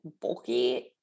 bulky